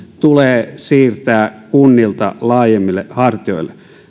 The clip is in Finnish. tulee siirtää kunnilta laajemmille hartioille